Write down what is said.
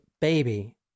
baby